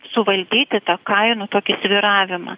suvaldyti tą kainų tokį svyravimą